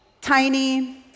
tiny